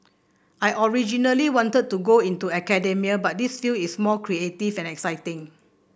I originally wanted to go into academia but this field is more creative and exciting